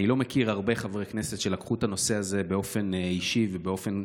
אני לא מכיר הרבה חברי כנסת שלקחו את הנושא הזה באופן אישי ובאופן